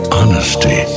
honesty